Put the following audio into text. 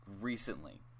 recently